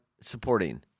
supporting